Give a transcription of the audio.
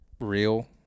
real